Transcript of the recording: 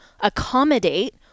accommodate